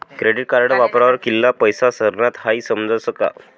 credit card वापरावर कित्ला पैसा सरनात हाई समजस का